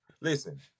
listen